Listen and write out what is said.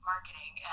marketing